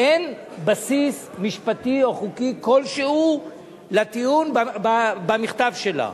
אין בסיס משפטי או חוקי כלשהו לטיעון במכתב שלה.